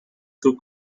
two